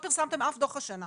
לא פרסמתם אף דוח השנה.